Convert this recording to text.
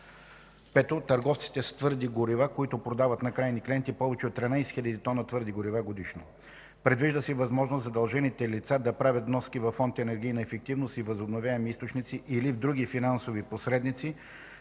5. търговците с твърди горива, които продават на крайни клиенти повече от 13 хил. тона твърди горива годишно. Предвижда се възможност задължените лица да правят вноски във Фонд „Енергийна ефективност и възобновяеми източници” или в други финансови посредници,